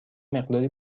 مقداری